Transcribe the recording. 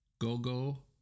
Gogo